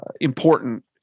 important